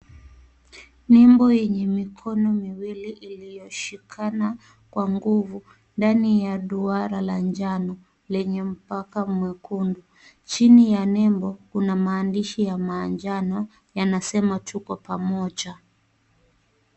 Nembo yenye mikono miwili iliyoshikana kwa nguvu, ndani ya duara la njano lenye mpaka mwekundu. Chini ya nembo kuna maandishi ya manjano yanasema tuko pamoja.